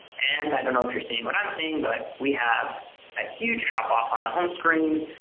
and i don't know if you are seeing what i am seeing but we have a huge drop off on the home screen,